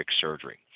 surgery